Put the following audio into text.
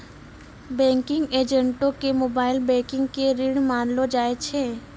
banking एजेंटो के mobile banking के रीढ़ मानलो जाय छै